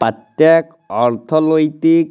প্যত্তেক অর্থলৈতিক